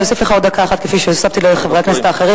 אני אוסיף לך עוד דקה אחת כפי שהוספתי לחברי הכנסת האחרים,